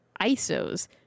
isos